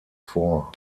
vor